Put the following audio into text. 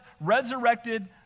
resurrected